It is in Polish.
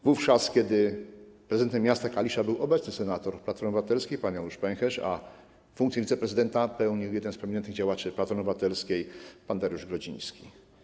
Wówczas, kiedy prezydentem miasta Kalisza był obecny senator Platformy Obywatelskiej pan Janusz Pęcherz, a funkcję wiceprezydenta pełnił jeden z prominentnych działaczy Platformy Obywatelskiej pan Dariusz Grodziński.